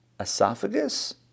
esophagus